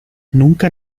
nunca